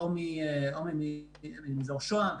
או מאזור שוהם,